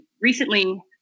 recently